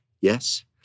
yes